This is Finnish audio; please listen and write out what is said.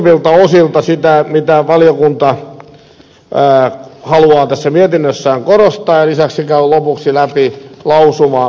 esittelen muutamilta osilta sitä mitä valiokunta haluaa tässä mietinnössään korostaa ja lisäksi käyn lopuksi läpi lausumaehdotukset